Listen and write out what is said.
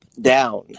down